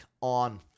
on